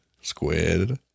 Squid